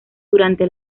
durante